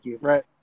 right